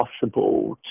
possible